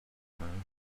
man